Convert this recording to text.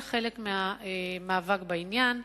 וזה חלק מהמאבק בעניין.